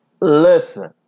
Listen